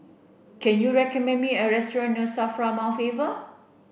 can you recommend me a restaurant near SAFRA Mount Faber